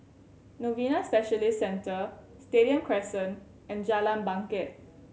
Novena Specialist Centre Stadium Crescent and Jalan Bangket